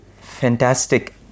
Fantastic